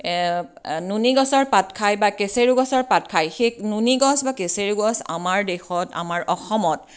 নুনিগছৰ পাত খায় বা কেচেৰু গছৰ পাত খায় সেই নুনিগছ বা কেচেৰুগছ আমাৰ দেশত আমাৰ অসমত